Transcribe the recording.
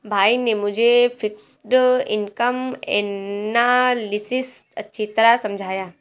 भाई ने मुझे फिक्स्ड इनकम एनालिसिस अच्छी तरह समझाया